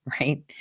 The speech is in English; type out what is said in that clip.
right